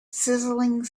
sizzling